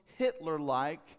Hitler-like